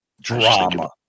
Drama